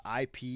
IP